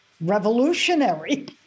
revolutionary